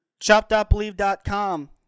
Shop.Believe.com